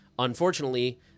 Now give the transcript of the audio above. Unfortunately